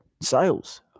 sales